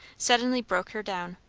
suddenly broke her down.